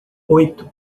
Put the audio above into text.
oito